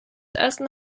ersten